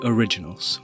Originals